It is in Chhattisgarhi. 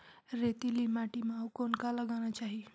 रेतीली माटी म अउ कौन का लगाना चाही?